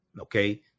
Okay